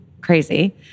crazy